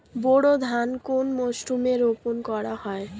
বোরো ধান কোন মরশুমে রোপণ করা হয়?